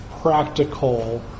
practical